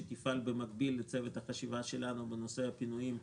שתפעל במקביל לצוות החשיבה שלנו בנושא הפינויים.